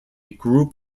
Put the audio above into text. group